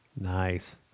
Nice